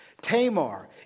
Tamar